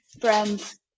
friends